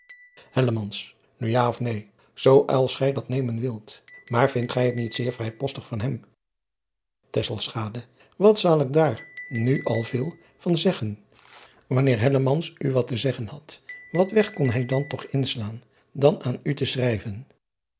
u ja of neen zoo als gij dat nemen wilt aar vindt gij het niet zeer vrijpostig van hem driaan oosjes zn et leven van illegonda uisman at zal ik daar nu al veel van zeggen anneer u wat te zeggen had wat weg kon hij dan toch inslaan dan aan u te schrijven